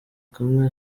kamwe